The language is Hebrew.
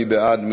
מי בעד?